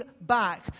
back